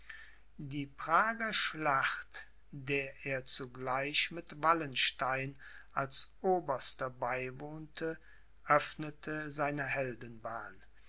die prager schlacht der er zugleich mit wallenstein als oberster beiwohnte öffnete seine